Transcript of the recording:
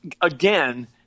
again